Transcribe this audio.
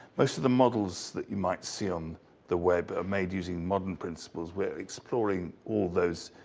most of the models that you might see on the web are made using modern principles. we're exploring all those.